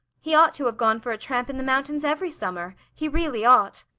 he ought to have gone for a tramp in the mountains every summer he really ought.